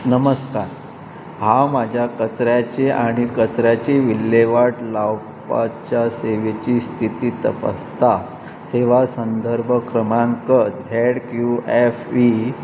नमस्कार हांव म्हज्या कचऱ्याची आनी कचऱ्याची विल्हेवाट लावपाच्या सेवेची स्थिती तपासता सेवा संदर्भ क्रमांक Z D Q F E